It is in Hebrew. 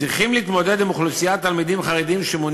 צריכים להתמודד עם אוכלוסיית תלמידים חרדים שמונה